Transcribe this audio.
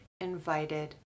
invited